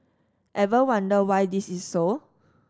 ever wonder why this is so